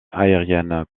aérienne